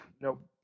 nope